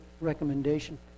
recommendation